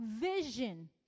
vision